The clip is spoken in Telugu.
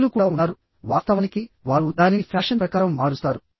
ఇతరులు కూడా ఉన్నారు వాస్తవానికి వారు దానిని ఫ్యాషన్ ప్రకారం మారుస్తారు